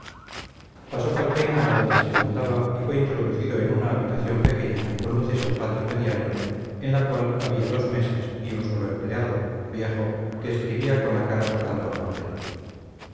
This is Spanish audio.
pasó calpena a donde se le mandaba y fue introducido en una habitación pequeña con luces al patio medianero en la cual había dos mesas y un solo empleado viejo que escribía con la cara tocando al papel